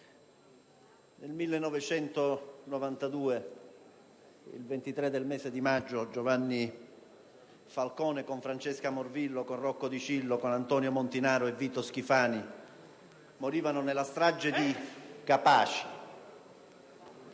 nel 1992, il 23 del mese di maggio, Giovanni Falcone con Francesca Morvillo, Rocco Di Cillo, Antonio Montinaro e Vito Schifani morivano nella strage di Capaci.